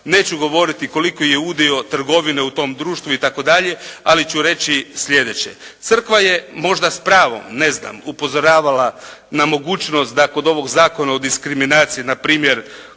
Neću govoriti koliko je udio trgovine u tom društvu itd., ali ću reći sljedeće. Crkva je možda s pravom upozoravala na mogućnost da kod ovog Zakona o diskriminaciji npr.